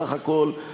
סך הכול,